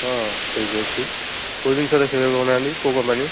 ହଁ ଠିକ୍ ଅଛି କେଉଁ ଜିନିଷ ଦେଖିବେ କହୁନାହାନ୍ତି କେଉଁ କମ୍ପାନୀ